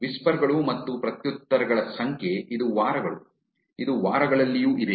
whisper ಗಳು ಮತ್ತು ಪ್ರತ್ಯುತ್ತರಗಳ ಸಂಖ್ಯೆ ಇದು ವಾರಗಳು ಇದು ವಾರಗಳಲ್ಲಿಯೂ ಇದೆ